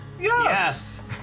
Yes